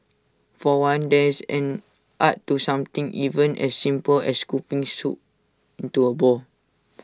for one there is an art to something even as simple as scooping soup into A bowl